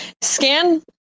scan